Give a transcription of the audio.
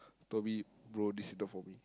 Toby bro this is not for me